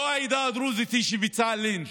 לא העדה הדרוזית ביצעה לינץ'.